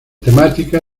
temática